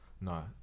no